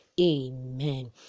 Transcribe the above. amen